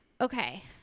okay